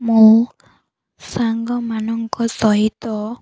ମୁଁ ସାଙ୍ଗମାନଙ୍କ ସହିତ